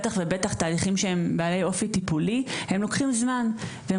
בטח ובטח תהליכים שהם בעלי אופי טיפולי הם תהליכים שלוקחים זמן והם